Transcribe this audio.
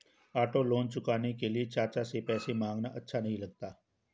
auto loan चुकाने के लिए चाचा से पैसे मांगना अच्छा नही लगता